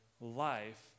life